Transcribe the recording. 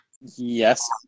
Yes